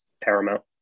paramount